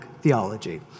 theology